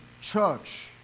church